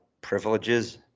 privileges